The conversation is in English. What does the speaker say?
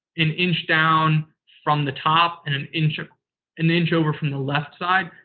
an inch down from the top and an inch ah an inch over from the left side,